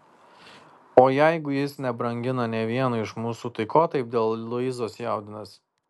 o jeigu jis nebrangina nė vieno iš mūsų tai ko taip dėl luizos jaudinasi